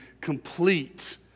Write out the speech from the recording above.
complete